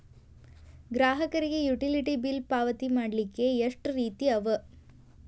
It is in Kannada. ಗ್ರಾಹಕರಿಗೆ ಯುಟಿಲಿಟಿ ಬಿಲ್ ಪಾವತಿ ಮಾಡ್ಲಿಕ್ಕೆ ಎಷ್ಟ ರೇತಿ ಅವ?